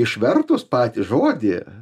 išvertus patį žodį